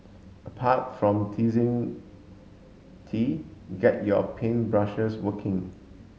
apart from teasing tea get your paint brushes working